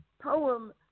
poem